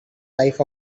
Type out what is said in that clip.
life